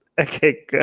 Okay